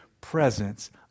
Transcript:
presence